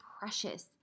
precious